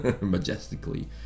majestically